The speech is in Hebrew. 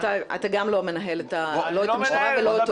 אתה גם לא מנהל את ה לא את המשטרה ולא אותו.